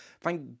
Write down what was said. Thank